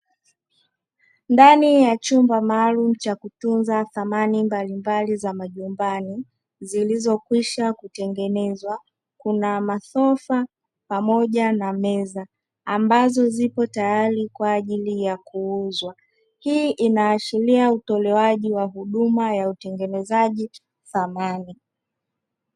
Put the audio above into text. Ndani ya chumba maalumu cha kutunza samani mbalimbali za nyumbani zilizokwisha kutengenezwa, kuna masofa pamoja na meza ambazo zipo tayari kwaajili ya kuuzwa, hii inaashiria utolewaji wa huduma ya utengenezaji samani.